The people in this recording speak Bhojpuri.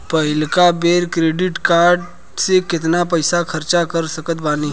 पहिलका बेर क्रेडिट कार्ड से केतना पईसा खर्चा कर सकत बानी?